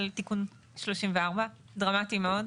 על תיקון 34. דרמטי מאוד.